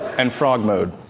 and frog mode.